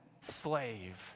slave